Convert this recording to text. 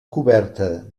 coberta